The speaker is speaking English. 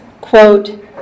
quote